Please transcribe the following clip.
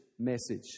message